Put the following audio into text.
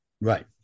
Right